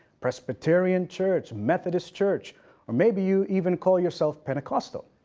presbyterian church, methodist church or maybe you even call yourself pentecostal.